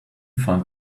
find